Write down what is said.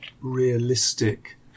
realistic